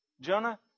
Jonah